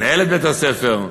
מנהלת בית-הספר,